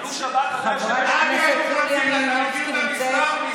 חיללו שבת, חברת הכנסת יוליה מלינובסקי נמצאת?